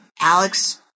Alex